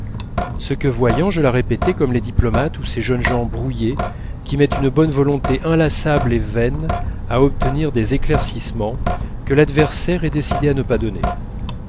ce que voyant je la répétai comme les diplomates ou ces jeunes gens brouillés qui mettent une bonne volonté inlassable et vaine à obtenir des éclaircissements que l'adversaire est décidé à ne pas donner